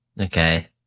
Okay